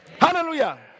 Hallelujah